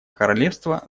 королевства